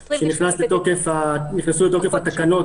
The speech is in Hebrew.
שאז נכנסו לתוקף התקנות